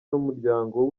n’umuryango